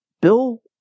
Bill